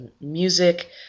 music